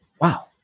wow